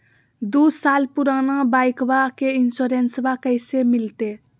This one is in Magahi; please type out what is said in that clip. दू साल पुराना बाइकबा के इंसोरेंसबा कैसे मिलते?